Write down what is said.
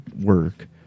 work